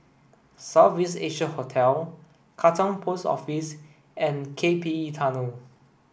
South East Asia Hotel Katong Post Office and K P E Tunnel